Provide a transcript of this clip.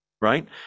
right